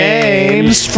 James